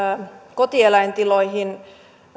kotieläintiloihin